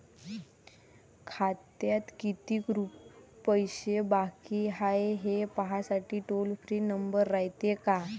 खात्यात कितीक पैसे बाकी हाय, हे पाहासाठी टोल फ्री नंबर रायते का?